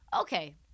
Okay